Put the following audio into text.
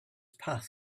path